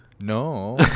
No